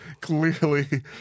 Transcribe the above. clearly